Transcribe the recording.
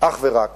אך ורק